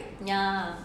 ya